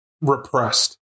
repressed